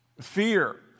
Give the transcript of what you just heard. fear